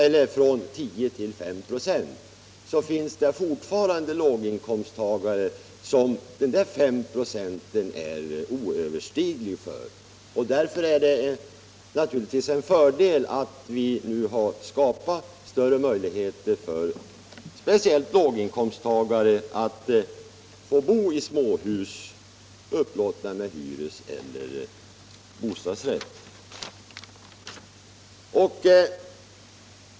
Men trots detta finns det fortfarande låginkomsttagare för vilka dessa 5 "» är oöverstigliga. Därför är det naturligtvis en fördel att vi nu har skapat större möjligheter för speciellt låginkomsttagare att bo i småhus, upplåtna med hyreseller bostadsrätt.